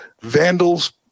vandals